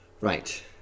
Right